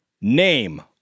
Name